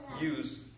use